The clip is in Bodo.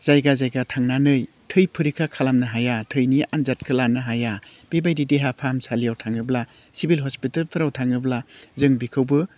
जायगा जायगा थांनानै थै फरिखा खालामनो हाया थैनि आन्जादखौ लानो हाया बेबायदि देहा फाहामसालियाव थाङोब्ला सिभिल हस्पितालफोराव थाङोब्ला जों बेखौबो